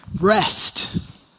Rest